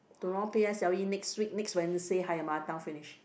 tomorrow p_s_l_e next week next Wednesday higher mother tongue finish